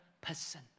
person